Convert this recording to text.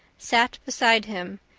sat beside him,